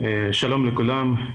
שלום לכולם,